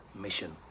mission